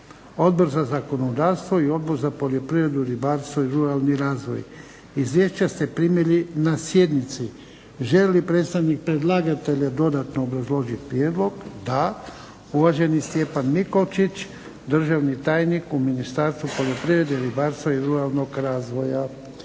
Odbor za zakonodavstvo i Odbor za poljoprivredu, ribarstvo i ruralni razvoj. Izvješća ste primili na sjednici. Želi li predstavnik predlagatelja dodatno obrazložiti prijedlog? Da. Uvaženi Stjepan Mikolčić, državni tajnik u Ministarstvu poljoprivrede, ribarstva i ruralnog razvoja.